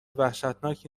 وحشتناکی